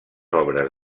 obres